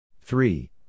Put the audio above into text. Three